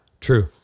true